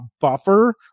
buffer